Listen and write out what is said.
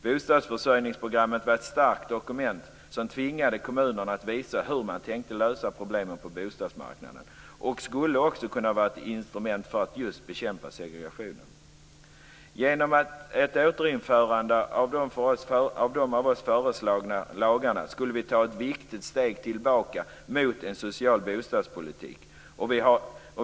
Bostadsförsörjningsprogrammet var ett starkt dokument som tvingade kommunerna att visa hur man tänkte lösa problemen på bostadsmarknaden och skulle också kunna vara ett instrument för att just bekämpa segregationen. Genom ett återinförande av de av oss föreslagna lagarna skulle vi ta ett viktigt steg tillbaka mot en social bostadspolitik.